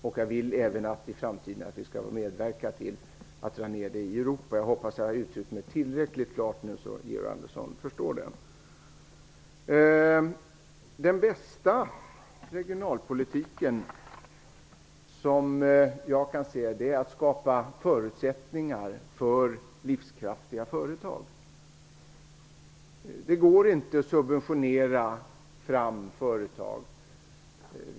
Jag vill även att vi i framtiden skall medverka till att dra ned på subventionerna i Europa. Jag hoppas att jag har uttryckt mig tillräckligt klart, så att Georg Andersson förstår mig. Den bästa regionalpolitik jag kan tänka mig är att skapa förutsättningar för livskraftiga företag. Det går inte att subventionera fram företag.